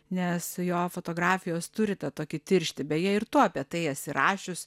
nes jo fotografijos turi tą tokį tirštį beje ir tu apie tai esi rašius